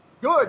Good